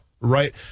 right